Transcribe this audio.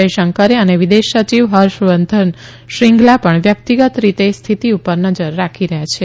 જયશંકરે અને વિદેશ સચિવ હર્ષ વર્ધન શ્રીગલા પણ વ્યકિતગત રીતે સ્થિતિ પર નજર રાખી રહ્યાં છે